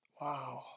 Wow